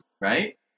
right